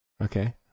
Okay